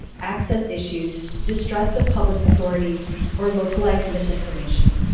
access issues, distress of public authorities or localized misinformation.